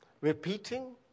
repeating